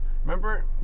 Remember